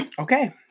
Okay